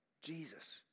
Jesus